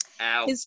Ow